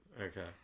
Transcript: Okay